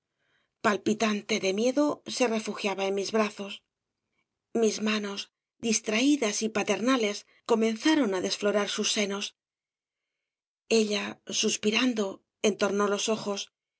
palpitante de miedo se refugiaba en mis brazos mis manos distraídas y paternales comenzaron á desflorar sus senos ella suspirando entornó los ojos